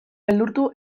beldurtu